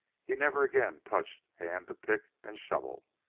he never again touched hand to pick and shovel.